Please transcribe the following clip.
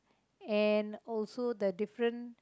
and also the different